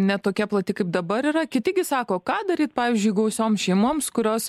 ne tokia plati kaip dabar yra kiti gi sako ką daryt pavyzdžiui gausioms šeimoms kurios